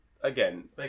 again